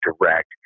direct